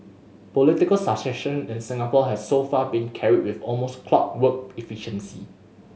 political succession in Singapore has so far been carried with almost clockwork efficiency